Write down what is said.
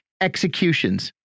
executions